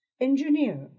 engineer